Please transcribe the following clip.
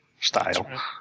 style